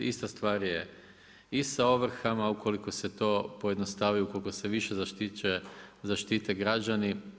Ista stvar je i sa ovrhama ukoliko se to pojednostavi, ukoliko se više zaštite građani.